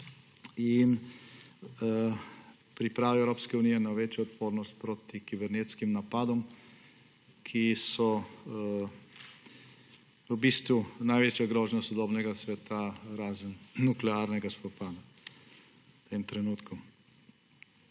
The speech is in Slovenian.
in priprava Evropske unije na večjo odpornost proti kibernetskim napadom, ki so največja grožnja sodobnega sveta, razen nuklearnega spopada, v tem trenutku.